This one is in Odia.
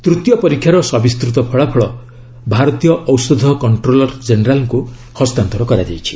ତୃତୀୟ ପରୀକ୍ଷାର ସବିସ୍ତୃତ ଫଳାଫଳ ଭାରତୀୟ ଔଷଧ କଣ୍ଟ୍ରୋଲୋର ଜେନେରାଲ୍ଙ୍କୁ ହସ୍ତାନ୍ତର କରାଯାଇଛି